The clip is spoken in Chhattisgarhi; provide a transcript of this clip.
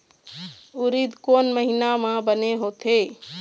उरीद कोन महीना म बने होथे?